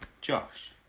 Josh